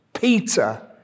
Peter